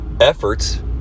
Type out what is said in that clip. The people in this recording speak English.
efforts